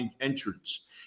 entrance